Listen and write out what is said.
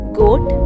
goat